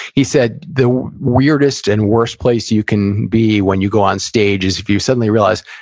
he said, the weirdest and worst place you can be, when you go on stage, is if you suddenly realize,